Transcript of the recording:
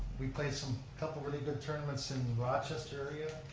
we played some couple really good tournaments in the rochester area,